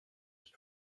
used